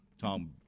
Tom